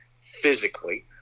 physically